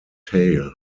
tail